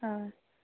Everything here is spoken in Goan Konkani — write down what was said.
हय